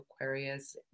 Aquarius